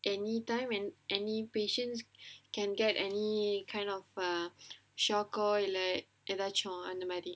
anytime and any patients can get any kind of err shock oh இல்ல எதாச்சும் அந்த மாதிரி:illa ethaachum antha maathiri